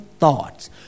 Thoughts